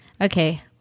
Okay